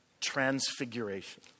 transfiguration